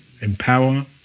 Empower